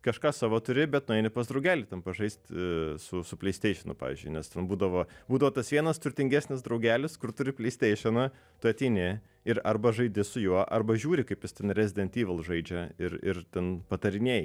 kažką savo turi bet nueini pas draugelį ten pažaisti su su pleisteišionu pavyzdžiui nes ten būdavo būdavo tas vienas turtingesnis draugelis kur turi pleisteišioną tu ateini ir arba žaidi su juo arba žiūri kaip jis ten rezident yvil žaidžia ir ir ten patarinėji